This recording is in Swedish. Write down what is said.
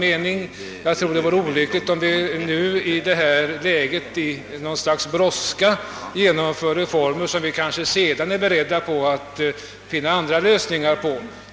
Jag tror att det vore olyckligt, om vi i detta läge brådskande genomförde reformer i frågor, som vi kanske senare är beredda att finna andra lösningar på.